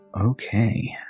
Okay